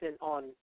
on